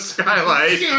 skylight